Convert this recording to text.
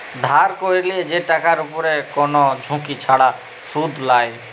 ধার ক্যরলে যে টাকার উপরে কোন ঝুঁকি ছাড়া শুধ লায়